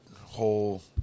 whole